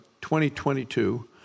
2022